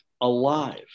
alive